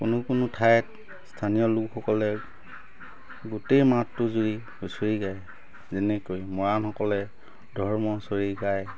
কোনো কোনো ঠাইত স্থানীয় লোকসকলে গোটেই মাহটো জুৰি হুঁচৰি গায় যেনেকৈ মৰাণসকলে ধৰ্ম হুঁচৰি গায়